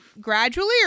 gradually